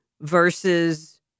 versus